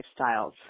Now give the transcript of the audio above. lifestyles